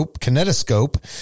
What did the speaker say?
kinetoscope